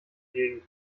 gegend